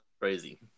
crazy